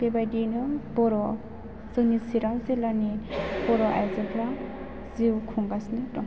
बेबायदिनो बर' जोंनि चिरां जिल्लानि बर' आइजोफ्रा जिउ खुंगासिनो दं